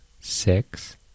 six